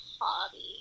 hobby